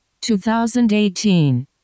2018